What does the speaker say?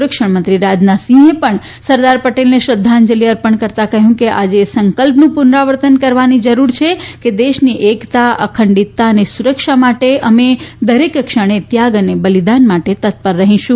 સંરક્ષણમંત્રી રાજનાથસિંહે પણ સરદાર પટેલને શ્રદ્ધાંજલિ અર્પણ કરતાં કહ્યું કે આજે એ સંકલ્પનું પુનરાવર્તન કરવાની જરૂર છે કે દેશની એકતા અખંડિતતા અને સુરક્ષા માટે અમે દરેક ક્ષણે ત્યાંગ અને બલિદાન માટે તત્પર રહીશું